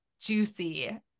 juicy